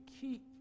keep